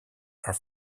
are